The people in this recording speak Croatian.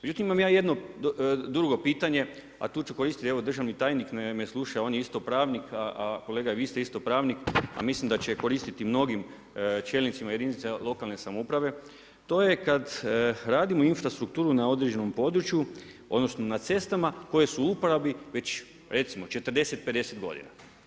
Međutim, imam ja jedno drugo pitanje, a tu ću koristiti, evo državni tajnik me slušao, on je isto pravnik, a kolega i vi ste isto pravnik, a mislim da će koristiti mnogim čelnicima jedinica lokalne samouprave, to je kad radimo infrastrukturu na određenom području, odnosno na cestama koje su u uporabi već recimo 40, 50 godina.